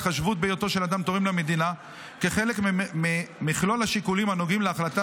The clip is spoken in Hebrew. התחשבות בהיותו של אדם תורם למדינה כחלק ממכלול השיקולים הנוגעים להחלטה